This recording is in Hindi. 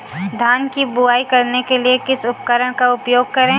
धान की बुवाई करने के लिए किस उपकरण का उपयोग करें?